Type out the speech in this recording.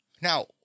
Now